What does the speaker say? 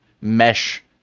Mesh